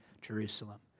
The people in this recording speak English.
Jerusalem